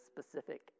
specific